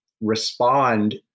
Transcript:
respond